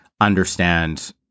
understand